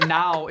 now